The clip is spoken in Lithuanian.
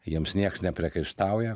jiems nieks nepriekaištauja